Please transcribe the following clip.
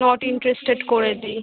not interested করে দিই